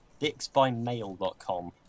dicksbymail.com